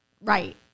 Right